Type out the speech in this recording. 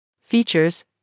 Features